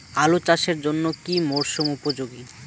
আলু চাষের জন্য কি মরসুম উপযোগী?